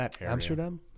Amsterdam